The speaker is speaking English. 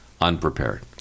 unprepared